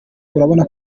urabona